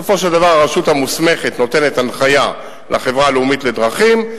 ובסופו של דבר הרשות המוסמכת נותנת הנחיה לחברה הלאומית לדרכים,